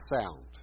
sound